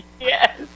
Yes